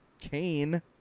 Kane